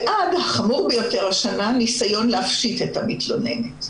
ועד החמור ביותר השנה, ניסיון להפשיט את המתלונן.